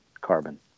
Carbon